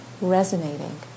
resonating